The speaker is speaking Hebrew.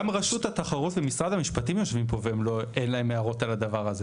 גם רשות התחרות ומשרד המשפטים יושבים פה ואין להם הערות על הדבר הזה.